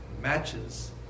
matches